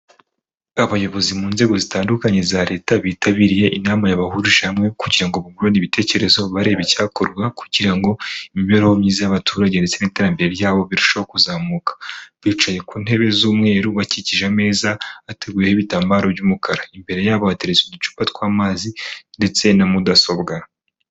Abayobozi mu nzego zitandukanye za Leta, bitabiriye inama yabahurije hamwe kugira ngo bunguranre ibitekerezo barebe icyakorwa kugira ngo imibereho myiza y'abaturage ndetse n'iterambere ryabo birusheho kuzamuka. Bicaye ku ntebe z'umweru bakikije ameza bateguyeho ibitambaro by'umukara, imbere yabo bateretse uducupa tw'amazi ndetse na mudasobwa.